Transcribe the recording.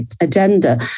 agenda